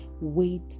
Wait